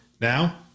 Now